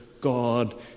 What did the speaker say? God